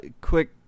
quick